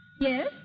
Yes